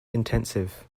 intensive